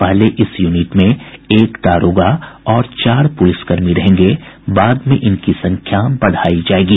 पहले इस यूनिट में एक दारोगा और चार पुलिसकर्मी रहेंगे बाद में इनकी संख्या बढ़ायी जायेगी